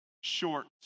short